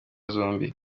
zombi